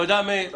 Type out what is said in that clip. תודה, מאיר.